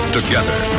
Together